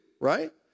right